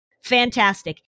Fantastic